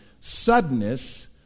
suddenness